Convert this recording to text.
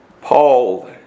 Paul